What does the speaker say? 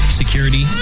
security